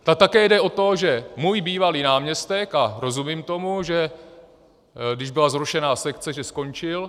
A také jde o to, že můj bývalý náměstek a rozumím tomu, že když byla zrušena sekce, že skončil.